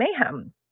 mayhem